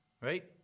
right